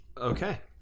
Okay